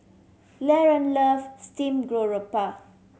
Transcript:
Laron love steamed garoupa